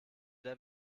der